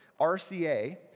RCA